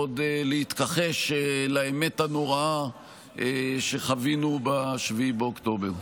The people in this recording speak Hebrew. עוד להתכחש לאמת הנוראה שחווינו ב-7 באוקטובר.